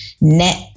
net